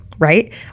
Right